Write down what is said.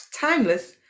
timeless